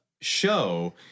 show